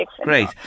Great